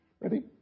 Ready